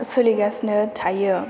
सोलिगासिनो थायो